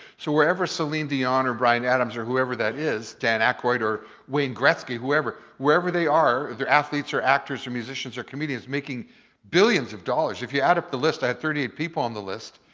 so wherever celine dion or bryan adams or whoever that is, dan aykroyd or wayne gretzky whoever, wherever they are, if they're athletes or actors or musicians or comedians, making billions of dollars, if you add up the list, i have thirty eight people on the list,